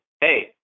Hey